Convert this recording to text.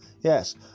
yes